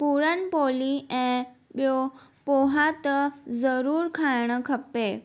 पूरन पोली ऐं ॿियो पोहा त ज़रूरु खाइणु खपे